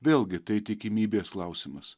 vėlgi tai tikimybės klausimas